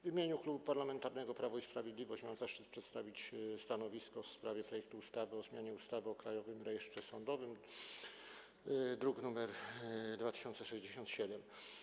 W imieniu Klubu Parlamentarnego Prawo i Sprawiedliwość mam zaszczyt przedstawić stanowisko w sprawie projektu ustawy o zmianie ustawy o Krajowym Rejestrze Sądowym, druk nr 2067.